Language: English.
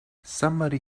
somebody